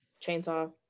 Chainsaw